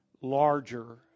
larger